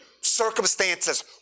circumstances